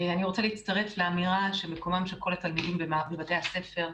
אני רוצה להצטרף לאמירה שמקומם של כל התלמידים בבתי הספר.